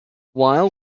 weil